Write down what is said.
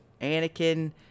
Anakin